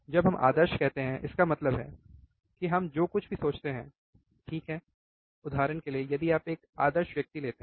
जब हम आदर्श कहते हैं इसका मतलब है कि हम जो कुछ भी सोचते हैं ठीक है उदाहरण के लिए यदि आप एक आदर्श व्यक्ति लेते हैं